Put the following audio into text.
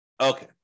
Okay